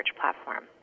platform